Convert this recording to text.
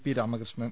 P Ramakrishnan